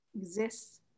exists